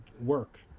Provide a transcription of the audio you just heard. work